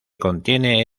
contiene